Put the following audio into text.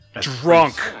drunk